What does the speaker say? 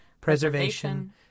preservation